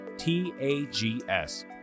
t-a-g-s